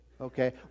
Okay